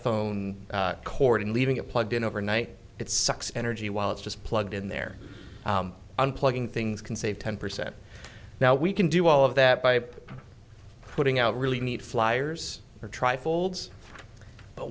phone cord and leaving it plugged in overnight it sucks energy while it's just plugged in there unplugging things can save ten percent now we can do all of that by putting out really neat flyers or try folds